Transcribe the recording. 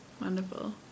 Wonderful